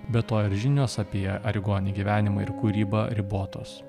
be to ir žinios apie arigoni gyvenimą ir kūrybą ribotos